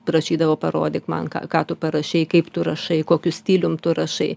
prašydavo parodyk man ką ką tu parašei kaip tu rašai kokiu stilium tu rašai